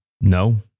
No